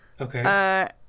Okay